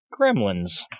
Gremlins